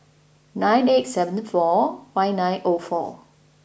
nine eight seventy four five O four